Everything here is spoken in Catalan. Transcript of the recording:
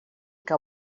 que